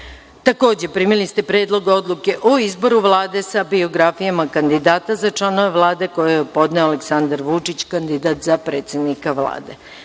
primili ste Predlog odluke o izboru Vlade sa biografijama kandidata za članove Vlade, koje je podneo Aleksandar Vučić, kandidat za predsednika Vlade. Na